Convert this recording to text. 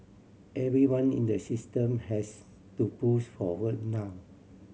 everyone in the system has to push forward now